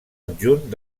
adjunt